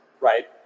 right